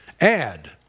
Add